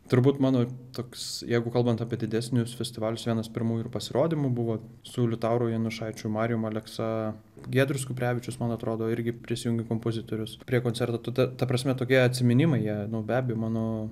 turbūt mano toks jeigu kalbant apie didesnius festivalius vienas pirmųjų ir pasirodymų buvo su liutauru janušaičiu marijumi aleksa giedrius kuprevičius man atrodo irgi prisijungė kompozitorius prie koncerto tu ta prasme tokie atsiminimai jie be abejo mano